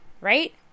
right